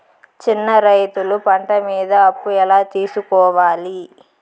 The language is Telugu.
చిన్న రైతులు పంట మీద అప్పు ఎలా తీసుకోవాలి?